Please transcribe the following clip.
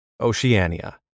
Oceania